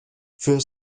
für